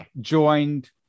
joined